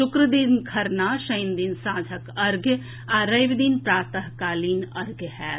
शुक्र दिन खरना शनि दिन सांझक अर्घ्य आ रवि दिन प्रातःकालीन अर्घ्य होयत